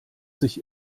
sich